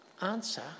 Answer